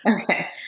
Okay